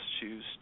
choose